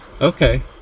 Okay